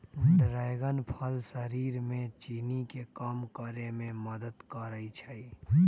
dragon फल शरीर में चीनी के कम करे में मदद करई छई